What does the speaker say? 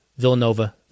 Villanova